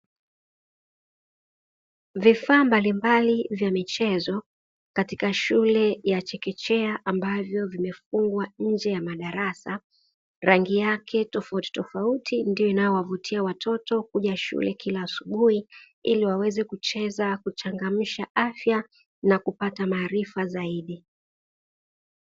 Vifaa mbalimbali vya michezo katika shule ya chekechea ambavyo vimefungwa nje ya madarasa, rangi yake tofautitofauti ndiyo inayowavutia watoto kuja shule kila asubuhi ili waweze kucheza kuchangamsha afya na kupata maarifa zaidi.